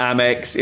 Amex